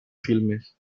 filmes